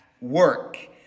work